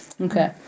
Okay